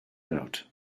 note